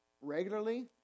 regularly